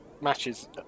matches